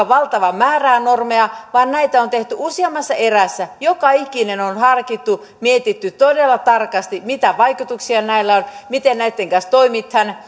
valtavaa määrää normeja vaan näitä on tehty useammassa erässä joka ikinen on harkittu ja on mietitty todella tarkasti mitä vaikutuksia näillä on miten näitten kanssa toimitaan